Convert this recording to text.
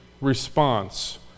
response